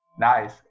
Nice